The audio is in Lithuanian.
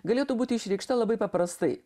galėtų būti išreikšta labai paprastai